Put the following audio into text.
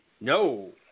No